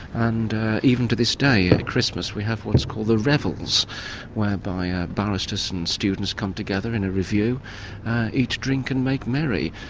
and even to this day at christmas we have what's called the revels whereby ah barristers and students come together in a review eat, drink and make merry.